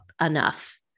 enough